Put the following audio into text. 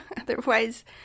Otherwise